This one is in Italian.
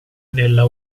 nella